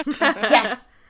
yes